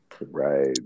Right